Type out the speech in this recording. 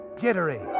jittery